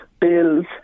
bills